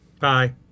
Bye